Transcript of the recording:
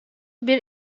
bir